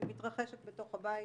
מתרחשת בתוך הבית,